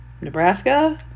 Nebraska